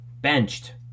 Benched